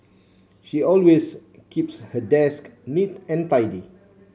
she always keeps her desk neat and tidy